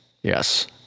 yes